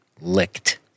licked